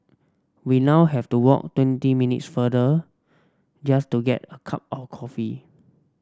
we now have to walk twenty minutes farther just to get a cup of coffee